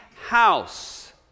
house